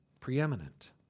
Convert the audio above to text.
Preeminent